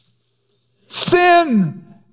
Sin